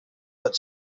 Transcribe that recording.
but